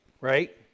right